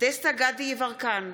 דסטה גדי יברקן,